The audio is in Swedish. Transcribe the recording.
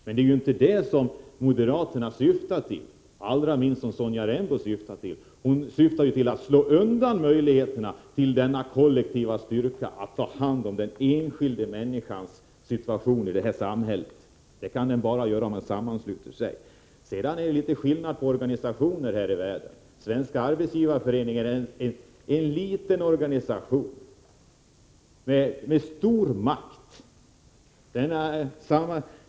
Men det är inte det moderaterna syftar till, allra minst Sonja Rembo; hon syftar ju till att slå undan möjligheterna till denna kollektiva styrka när det gäller att ta hand om den enskilda människans situation i samhället. Den kan man bara skydda om man sammansluter sig. Sedan är det en viss skillnad på organisationer här i världen. Svenska arbetsgivareföreningen är en liten organisation, men den har stor makt.